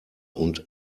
und